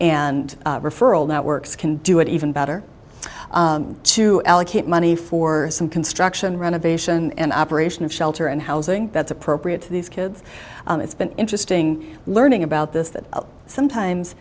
and referral networks can do it even better to allocate money for some construction renovation and operation of shelter and housing that's appropriate for these kids it's been interesting learning about this that sometimes